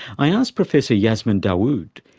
i asked professor yasmin dawood,